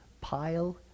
pile